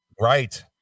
Right